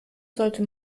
sollte